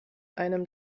einem